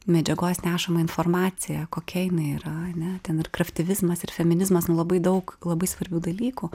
medžiagos nešamą informaciją kokia jinai yra ane ten ir kraftyvizmas ir feminizmas nu labai daug labai svarbių dalykų